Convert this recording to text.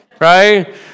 Right